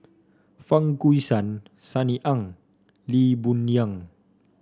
Fang Guixiang Sunny Ang Lee Boon Yang